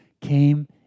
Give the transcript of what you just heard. came